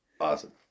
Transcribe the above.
Awesome